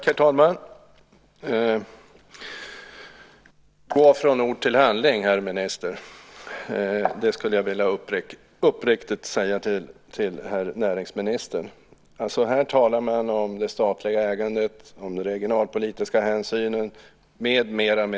Herr talman! Gå från ord till handling, herr minister! Det skulle jag vilja uppriktigt säga till herr näringsministern. Här talar man om det statliga ägandet, om den regionalpolitiska hänsynen med mera.